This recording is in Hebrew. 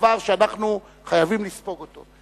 דבר שאנחנו חייבים לספוג אותו.